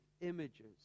images